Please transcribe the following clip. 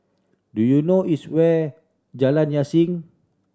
do you know is where Jalan Yasin